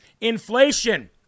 Inflation